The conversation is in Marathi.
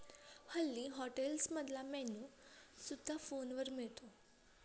हल्ली हॉटेल्समधला मेन्यू सुद्धा फोनवर मिळतो